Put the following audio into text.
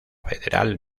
federal